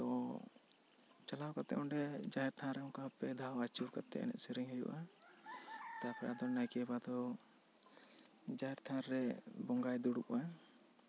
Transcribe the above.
ᱛᱚ ᱪᱟᱞᱟᱣ ᱠᱟᱛᱮᱜ ᱚᱸᱰᱮ ᱡᱟᱦᱮᱨ ᱛᱷᱟᱱ ᱨᱮ ᱚᱱᱠᱟ ᱯᱮ ᱫᱷᱟᱣ ᱟᱹᱪᱩᱨ ᱠᱟᱛᱮᱜ ᱮᱱᱮᱡ ᱥᱮᱨᱮᱧ ᱦᱩᱭᱩᱜᱼᱟ ᱛᱟᱨ ᱯᱚᱨᱮ ᱱᱟᱭᱠᱮ ᱵᱟᱵᱟ ᱫᱚ ᱡᱟᱦᱮᱨ ᱛᱷᱟᱱ ᱨᱮ ᱵᱚᱸᱜᱟᱭ ᱫᱩᱲᱩᱵᱟᱭ